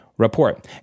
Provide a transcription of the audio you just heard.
report